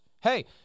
Hey